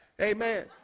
amen